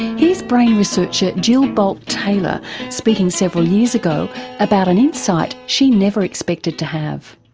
here's brain researcher jill bolte taylor speaking several years ago about an insight she never expected to have.